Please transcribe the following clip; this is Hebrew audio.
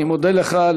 אני מודה לך,